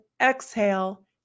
exhale